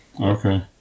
Okay